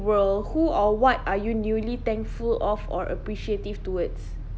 world who or what are you newly thankful of or appreciative towards